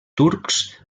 turcs